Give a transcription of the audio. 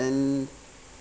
and